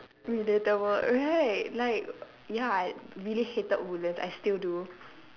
relatable right like ya I really hated woodlands I still do